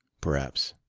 perhaps.